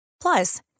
Plus